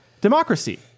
democracy